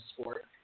sport